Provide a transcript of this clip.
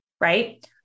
right